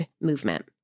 Movement